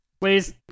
Please